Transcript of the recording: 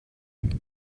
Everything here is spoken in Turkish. polis